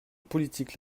politique